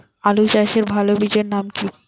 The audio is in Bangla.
আলু চাষের ভালো বীজের নাম কি?